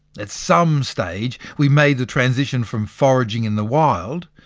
at some stage, we made the transition from foraging in the wild,